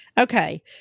Okay